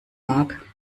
mag